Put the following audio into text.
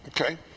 Okay